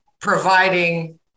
providing